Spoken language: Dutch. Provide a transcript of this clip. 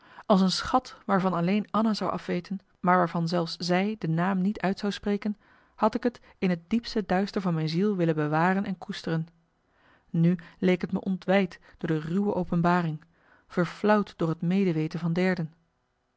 als een schat waarvan alleen anna zou afweten maar waarvan zelfs zij de naam niet uit zou spreken had ik t in het diepste duister van mijn ziel willen bewaren en koesteren nu leek t me ontwijd door de ruwe openbaring verflauwd door het medeweten van derden